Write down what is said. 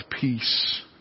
peace